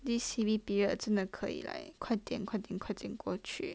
this C_B period 真的可以 like 快点快点快点过去